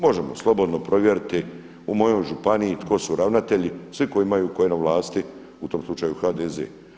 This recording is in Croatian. Možemo slobodno provjeriti u mojoj županiji tko su ravnatelji, svi koji imaju, tko je na vlasti, u tom slučaju HDZ.